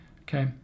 Okay